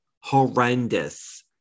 horrendous